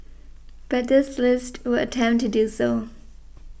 but this list would attempt to do so